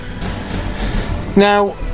Now